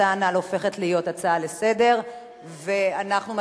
הצעת החוק הזו הופכת עכשיו להצעה לסדר-היום, נכון?